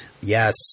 Yes